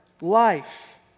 life